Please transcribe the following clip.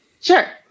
sure